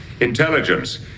intelligence